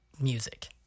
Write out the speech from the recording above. music